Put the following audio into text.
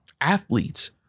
athletes